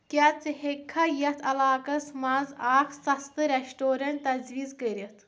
کیٛاہ ژٕ ہیٚککھا یتھ علاقس منٛز اکھ سستہٕ ریسٹورینٹ تجویز کٔرِتھ